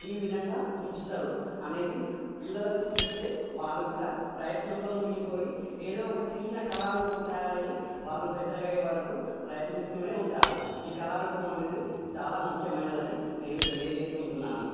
ఈ విధంగా ఉంచుతారు అనేది పిల్లలకు చెప్తే వాళ్ళు కూడా ప్రయత్నంలో మునిగిపోయి ఏదో ఒక చిన్న కళారూపం తయారయ్యి వాళ్ళు పెద్దగా అయ్యేవరకు ప్రయత్నిస్తూనే ఉంటారు ఈ కళారూపం అనేది చాలా ముఖ్యమైనదని నేను తెలియజేసుకుంటున్నాను